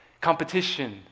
competition